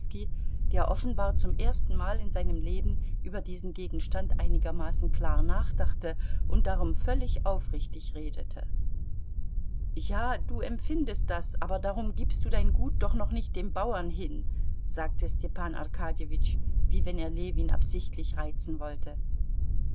der offenbar zum erstenmal in seinem leben über diesen gegenstand einigermaßen klar nachdachte und darum völlig aufrichtig redete ja du empfindest das aber darum gibst du dein gut doch noch nicht dem bauern hin sagte stepan arkadjewitsch wie wenn er ljewin absichtlich reizen wollte